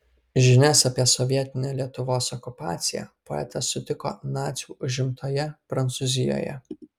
žinias apie sovietinę lietuvos okupaciją poetas sutiko nacių užimtoje prancūzijoje